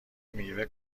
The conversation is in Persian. میوه